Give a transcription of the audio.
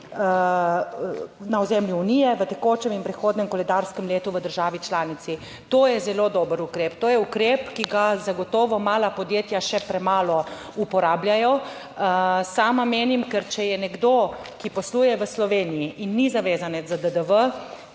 na ozemlju unije v tekočem in prihodnem koledarskem letu v državi članici. To je zelo dober ukrep. To je ukrep, ki ga zagotovo mala podjetja še premalo uporabljajo. Sama menim, ker če je nekdo, ki posluje v Sloveniji in ni zavezanec za DDV